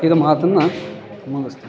ಇದು ಮಾತನ್ನು ಮುಗಿಸ್ತೇ